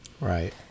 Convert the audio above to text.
Right